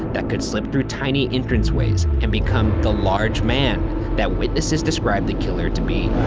that could slip through tiny entranceways, and become the large man that witnesses described the killer to be.